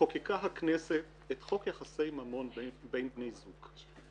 חוקקה הכנסת את חוק יחסי ממון בין בני זוג.